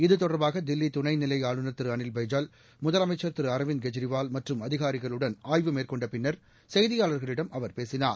இது தொடர்பாக தில்லி துணை நிலை ஆளுநர் திரு அளில் பைஜால் முதலமைச்ச் திரு அரவிந்த் கெஜ்ரிவால் மற்றும் அதிகாரிகளுடன் ஆய்வு மேற்கொண்ட பின்னர் செய்தியாளர்களிடம் அவர் பேசினார்